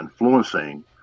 influencing